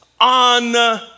on